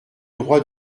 droit